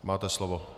Máte slovo.